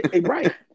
right